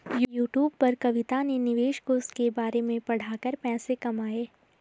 YouTube पर कविता ने निवेश कोष के बारे में पढ़ा कर पैसे कमाए